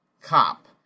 Cop